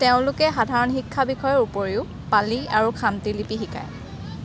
তেওঁলোকে সাধাৰণ শিক্ষা বিষয়ৰ উপৰিও পালি আৰু খামতি লিপি শিকায়